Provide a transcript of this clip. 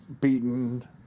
beaten